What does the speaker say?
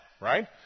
right